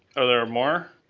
are there more?